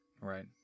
right